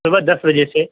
سوا دس بجے سے